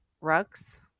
rugs